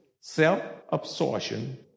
self-absorption